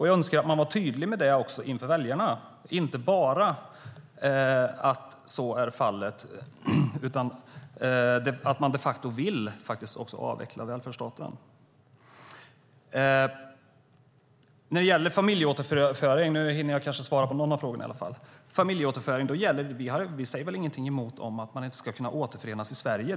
Jag önskar att man också var tydlig med det inför väljarna och att inte bara de facto vill avveckla välfärdstaten. Jag hinner kanske svara på någon av frågorna. När det gäller familjeåterföreningen säger vi ingenting emot att man ska kunna återförenas i Sverige.